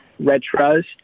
retros